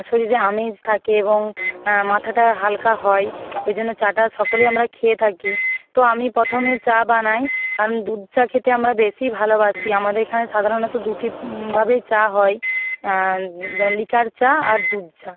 শরীরে আমেজ থাকে এবং মাথাটা হালকা হয় ওই জন্য চাটা সকলেই আমরা খেয়ে থাকি তো আমি প্রথমে চা বানাই কারণ দুধ চা খেতে আমরা বেশি ভালোবাসি আমাদের এখানে সাধারণত দুটি ভাবেই চা হয় যেমন লিকার চা আর দুধ চা